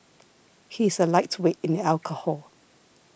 he is a lightweight in alcohol